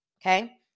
Okay